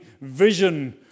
vision